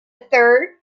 third